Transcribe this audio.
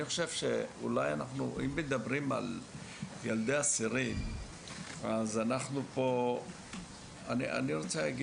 אם מדברים על ילדי אסירים, אני רוצה לומר